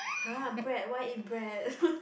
!huh! bread why eat bread